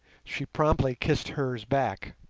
she promptly kissed hers back.